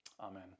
Amen